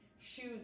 shoes